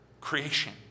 creation